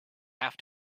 have